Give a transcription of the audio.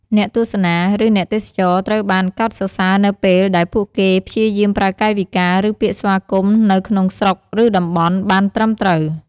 អ្នកទស្សនា ឬអ្នកទេសចរត្រូវបានកោតសរសើរនៅពេលដែលពួកគេព្យាយាមប្រើកាយវិការឬពាក្យស្វាគមន៍នៅក្នុងស្រុកឬតំបន់បាន ត្រឹមត្រូវ។